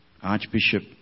Archbishop